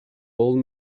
old